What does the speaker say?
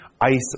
ice